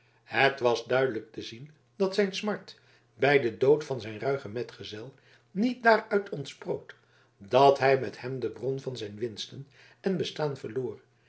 het was duidelijk te zien dat zijn smart bij den dood van zijn ruigen metgezel niet daaruit ontsproot dat hij met hem de bron van zijn winsten en bestaan verloor